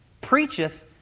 preacheth